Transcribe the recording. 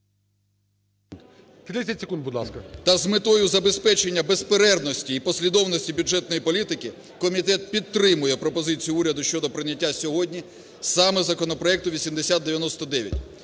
…та з метою забезпечення безперервності і послідовності бюджетної політики комітет підтримує пропозицію уряду щодо прийняття сьогодні саме законопроекту 8099.